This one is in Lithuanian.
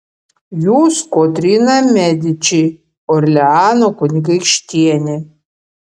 jūs kotryna mediči orleano kunigaikštienė